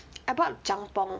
I bought jamppong